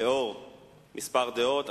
לנוכח מספר הדעות,